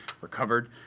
recovered